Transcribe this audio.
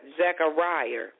Zechariah